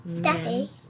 Daddy